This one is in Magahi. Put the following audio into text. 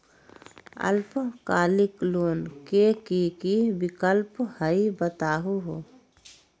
अल्पकालिक लोन के कि कि विक्लप हई बताहु हो?